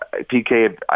PK